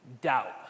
doubt